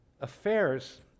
affairs